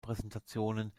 präsentationen